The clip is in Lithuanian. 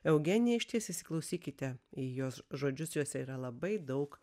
eugenija išties įsiklausykite į jos žodžius jose yra labai daug